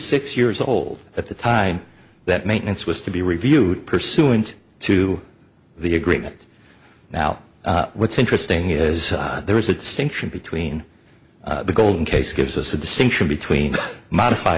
six years old at the time that maintenance was to be reviewed pursuant to the agreement now what's interesting is there is a distinction between the golden case gives us the distinction between modify